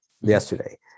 yesterday